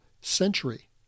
century